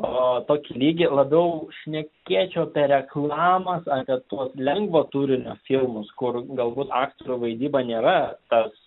o tokį lygį labiau šnekėčiau apie reklamas apie tuos lengvo turinio filmus kur galbūt aktorių vaidyba nėra tas